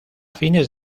fines